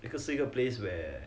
一个是个 place where